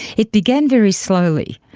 it began very slowly,